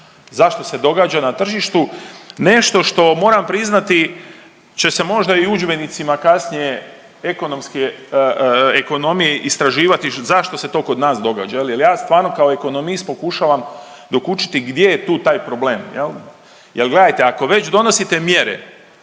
Zašto se događa na tržištu nešto što, moram priznati će se možda i u udžbenicima kasnije ekonomske, ekonomije istraživati zašto se to kod nas događa, je li jer ja stvarno kao ekonomist pokušavam dokučiti gdje je tu taj problem, je li? Jer gledajte, ako već donosite mjere,